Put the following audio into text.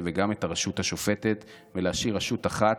וגם את הרשות השופטת ולהשאיר רשות אחת,